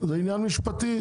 זה עניין משפטי.